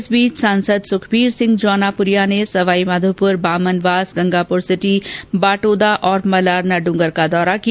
इस बीच सांसद सुखबीर सिंह जौनापुरिया ने सवाई माधोपुर बामनवास गंगापुरसिटी बाटोदा और मलारना डूंगर का दौरा किया